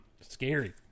scary